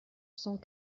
cent